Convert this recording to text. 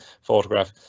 photograph